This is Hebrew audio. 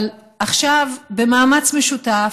אבל עכשיו, במאמץ משותף,